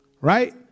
Right